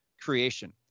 creation